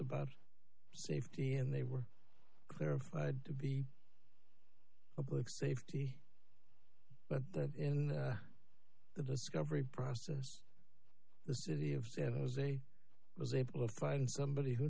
about safety and they were clarified to be public safety but in the discovery process the city of san jose was able to find somebody who